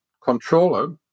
controller